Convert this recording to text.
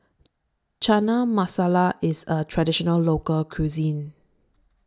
Chana Masala IS A Traditional Local Cuisine